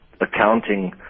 accounting